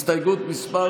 הסתייגות מס'